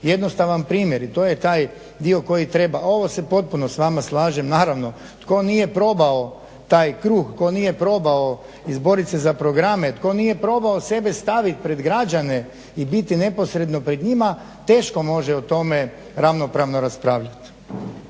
jednostavan primjer, i to je taj dio koji treba. Ovo se potpuno s vama slažem, naravno tko nije probao taj kruh, tko nije probao izboriti se za programe, tko nije probao sebe staviti pred građane i biti neposredno pred njima teško može o tome ravnopravno raspravljati.